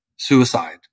Suicide